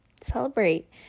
celebrate